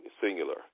singular